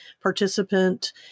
participant